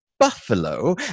buffalo